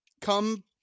come